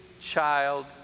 child